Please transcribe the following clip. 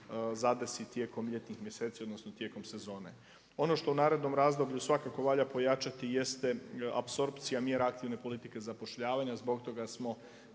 tijekom ljetnih mjeseci odnosno tijekom sezone. Ono što u narednom razdoblju svakako valja pojačati jeste apsorpcija mjera aktivne politike zapošljavanja. Zbog toga smo